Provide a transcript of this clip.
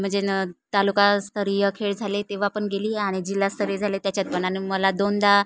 म्हणजे ना तालुकास्तरीय खेळ झाले तेव्हा पण गेली आणि जिल्हास्तरीय झाले त्याच्यात पण आणि मला दोनदा